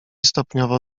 stopniowo